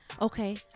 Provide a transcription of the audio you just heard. okay